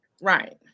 right